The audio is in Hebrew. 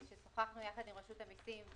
כששוחחנו יחד עם רשות המיסים,